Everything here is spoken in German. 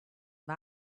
war